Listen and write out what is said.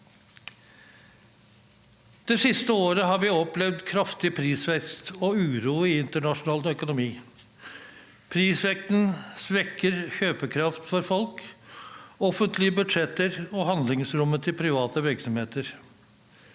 Det siste året har vi opplevd kraftig prisvekst og uro i internasjonal økonomi. Prisveksten svekker kjøpekraften for folk, offentlige budsjetter og handlingsrommet til private virksomheter.